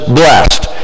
blessed